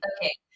Okay